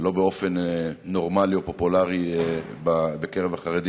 ולא באופן נורמלי או פופולרי בקרב החרדים,